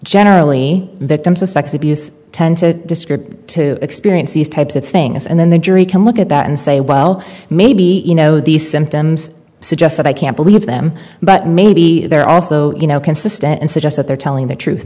generally victims of sex abuse tend to describe to experience these types of things and then the jury can look at that and say well maybe you know these symptoms suggest that i can't believe them but maybe they're also you know consistent and suggest that they're telling t